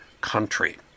country